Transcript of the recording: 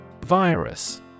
Virus